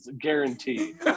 guaranteed